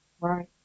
Right